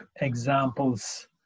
examples